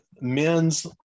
men's